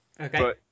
Okay